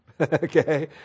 Okay